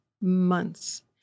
months